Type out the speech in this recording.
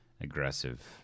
aggressive